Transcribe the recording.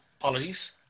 apologies